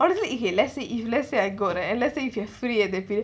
honestly if let's say if let's say I go right will let's say if u are free